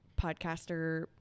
podcaster